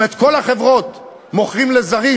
אם את כל החברות מוכרים לזרים